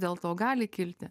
dėl to gali kilti